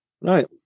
right